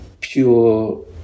pure